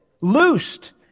loosed